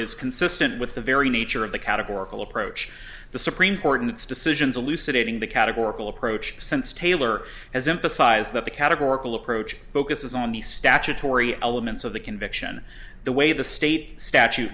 is consistent with the very nature of the categorical approach the supreme court in its decisions elucidating the categorical approach since taylor has emphasized that the categorical approach focuses on the statutory elements of the conviction the way the state statu